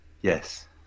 Yes